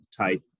type